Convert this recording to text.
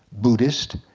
buddhist,